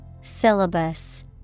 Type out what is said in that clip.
Syllabus